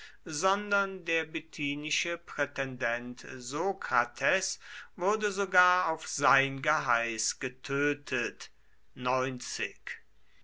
sondern der bithynische prätendent sokrates wurde sogar auf sein geheiß getötet